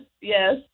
yes